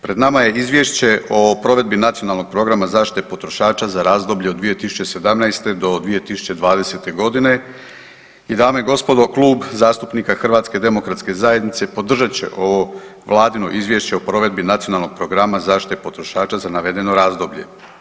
Pred nama je Izvješće o provedbi Nacionalnog programa zaštite potrošača za razdoblje od 2017.-2020.g. i dame i gospodo Klub zastupnika HDZ-a podržat će ovo izvješće o provedbi Nacionalnog programa zaštite potrošača za navedeno razdoblje.